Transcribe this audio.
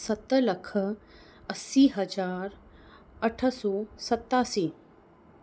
सत लख असी हज़ार अठ सौ सतासी